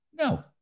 No